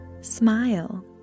Smile